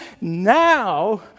Now